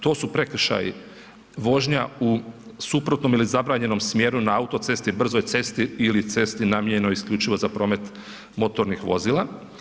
To su prekršaji vožnja u suprotnom ili zabranjenom smjeru na autocesti, brzoj cesti ili cesti namijenjenoj isključivo za promet motornih vozila.